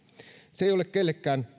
se ei ole kellekään